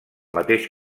mateix